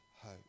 hope